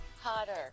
hotter